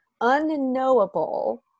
unknowable